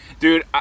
Dude